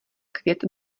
květ